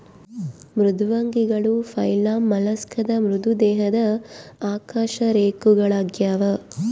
ಮೃದ್ವಂಗಿಗಳು ಫೈಲಮ್ ಮೊಲಸ್ಕಾದ ಮೃದು ದೇಹದ ಅಕಶೇರುಕಗಳಾಗ್ಯವ